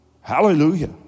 Hallelujah